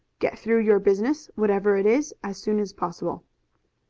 get through your business, whatever it is, as soon as possible.